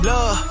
Love